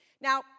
Now